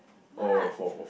but